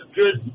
good